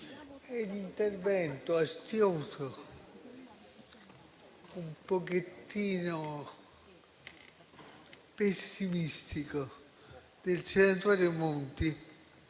e l'intervento astioso, un pochettino pessimistico, del senatore Monti,